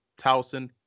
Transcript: Towson